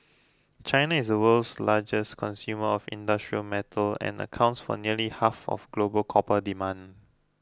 China is the world's largest consumer of industrial metals and accounts for nearly half of global copper demand